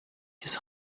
his